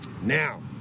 now